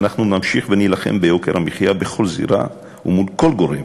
ואנחנו נמשיך ונילחם ביוקר המחיה בכל זירה ומול כל גורם,